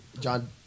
John